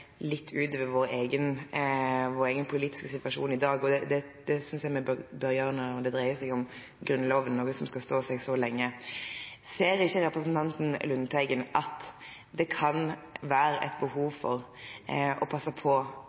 litt utover vår egen politiske situasjon i dag – og det synes jeg vi bør gjøre når det dreier seg om Grunnloven, som skal stå seg så lenge – ser ikke representanten Lundteigen da at det kan være et behov for å passe på